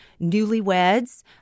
newlyweds